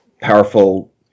powerful